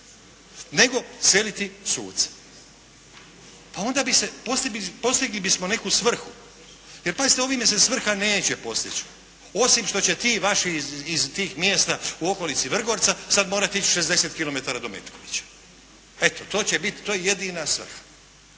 nego seliti suce. Pa onda bismo postigli neku svrhu. Jer pazite ovime se svrha neće postići osim što će ti vaši iz tih mjesta u okolici Vrgorca sada morati ići 60 kilometara do Metkovića. Eto to će biti, to je jedina svrha.